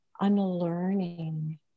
unlearning